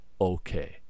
okay